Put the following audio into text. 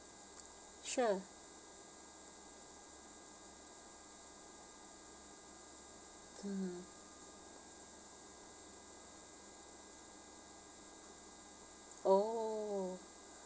sure mmhmm oh